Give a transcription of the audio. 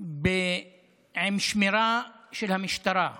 עם שמירה של המשטרה השבדית,